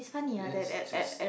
let's just